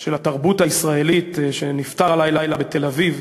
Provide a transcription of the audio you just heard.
של התרבות הישראלית, שנפטר הלילה בתל-אביב,